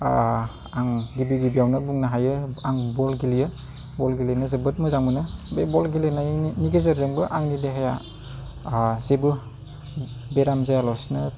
आं गिबि गिबियावनो बुंनो हायो आं बल गेलेयो बल गेलेनो जोबोद मोजां मोनो बे बल गेलेनायनि गेजेरजोंबो आंनि देहाया जेबो बेराम जायालासिनो